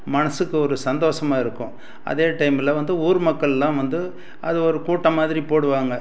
மனதுக்கு ஒரு சந்தோஷமா இருக்கும் அதே டைமில் வந்து ஊர்மக்களெலாம் வந்து அது ஒரு கூட்டம் மாதிரி போடுவாங்க